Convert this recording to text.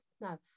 No